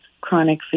chronic